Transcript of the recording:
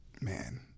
man